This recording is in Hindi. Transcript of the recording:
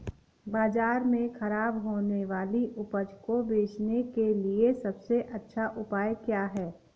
बाज़ार में खराब होने वाली उपज को बेचने के लिए सबसे अच्छा उपाय क्या हैं?